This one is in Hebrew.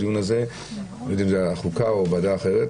אנחנו פותחים דיון בהצעת חוק העונשין (תיקון מס' 141)